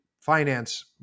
finance